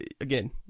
again